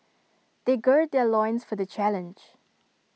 they gird their loins for the challenge